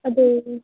ꯑꯗꯨ